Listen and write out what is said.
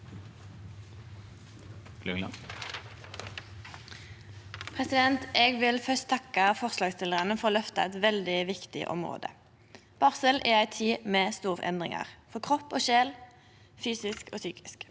Eg vil først takke forslagsstillarane for å løfte fram eit veldig viktig område. Barsel er ei tid med store endringar for kropp og sjel – fysisk og psykisk.